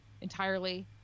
entirely